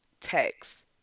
text